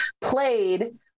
played